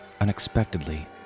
Unexpectedly